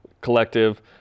Collective